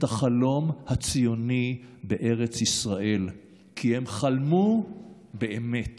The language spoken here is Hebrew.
החלום הציוני בארץ ישראל כי הם חלמו באמת